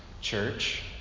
church